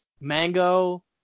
Mango